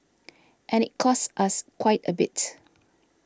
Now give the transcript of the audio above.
and it cost us quite a bit